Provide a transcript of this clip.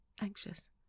anxious